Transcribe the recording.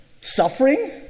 Suffering